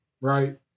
right